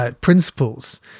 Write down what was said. principles